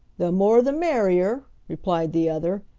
the more the merrier, replied the other,